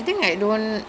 so then that